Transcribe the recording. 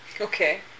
Okay